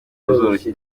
buzoroshya